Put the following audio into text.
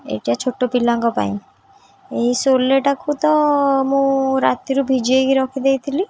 ଏଇଟା ଛୋଟ ପିଲାଙ୍କ ପାଇଁ ଏଇ ସୋଲେଟାକୁ ତ ମୁଁ ରାତିରୁ ଭିଜାଇକି ରଖିଦେଇଥିଲି